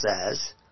says